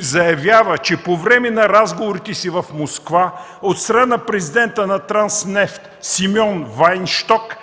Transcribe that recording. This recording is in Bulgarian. Заявява, че по време на разговорите си в Москва от страна на президента на „Транснефт” Симеон Вайнщок